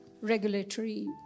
regulatory